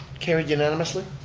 carried unanimously.